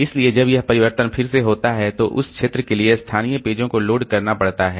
इसलिए जब यह परिवर्तन फिर से होता है तो उस क्षेत्र के लिए स्थानीय पेजों को लोड करना पड़ता है